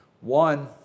One